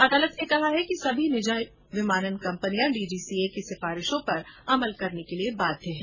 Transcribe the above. अदालत ने कहा है कि सभी निजी विमानन कंपनियां डीजीसीए की सिफारिशों पर अमल करने के लिए बाध्य है